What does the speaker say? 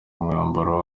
umwambaro